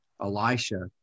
Elisha